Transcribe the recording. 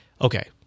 okay